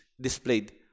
displayed